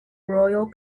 royal